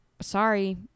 sorry